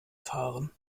fahren